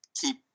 keep